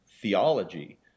theology